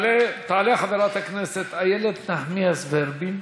תעלה חברת הכנסת איילת נחמיאס ורבין,